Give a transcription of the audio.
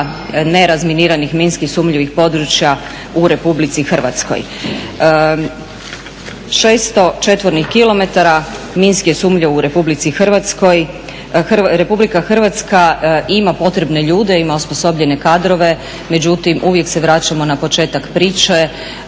nerazminiranih minski sumnjivih područja u Republici Hrvatskoj. Šesto četvornih kilometara minski je sumnjivo u Republici Hrvatskoj. Republika Hrvatska ima potrebne ljude, ima osposobljene kadrove, međutim uvijek se vraćamo na početak priče